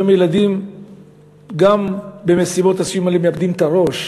היום ילדים גם במסיבות הסיום האלה מאבדים את הראש,